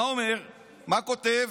מה אומר, מה כותב?